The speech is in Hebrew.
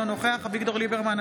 אינו נוכח אביגדור ליברמן,